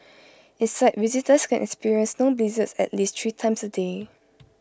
inside visitors can experience snow blizzards at least three times A day